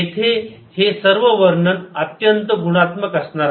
येथे हे सर्व वर्णन अत्यंत गुणात्मक असणार आहे